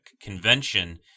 convention